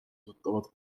tuttavad